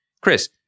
Chris